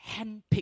handpicked